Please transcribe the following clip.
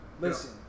Listen